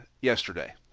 yesterday